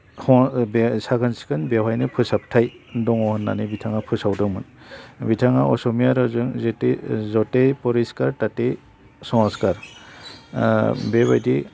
साखोन सिखोन बेवहायनो फोसाबथाय दङ होन्नानै बिथाङा फोसावदोंमोन बिथाङा अस'मिया रावजों ज'ते ज'ते परिक्सर ताते संस्कार बेबायदि